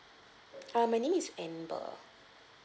ah my name is amber